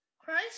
Christ